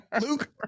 Luke